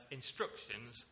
instructions